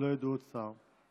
שלא ידעו עוד צער.